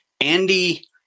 Andy